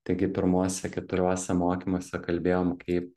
taigi pirmuose keturiuose mokymuose kalbėjom kaip